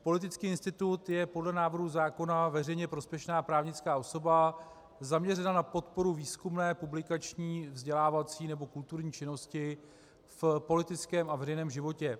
Politický institut je podle návrhu zákona veřejně prospěšná právnická osoba zaměřená na podporu výzkumné, publikační, vzdělávací nebo kulturní činnosti v politickém a veřejném životě.